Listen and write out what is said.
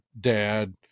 dad